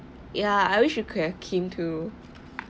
ya I wish you could have came to